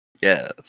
yes